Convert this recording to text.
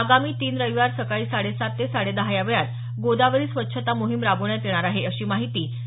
आगामी तीन रविवारी सकाळी साडे सात ते साडे दहा या वेळात गोदावरी स्वच्छता मोहीम राबविण्यात येणार आहे अशी माहिती डॉ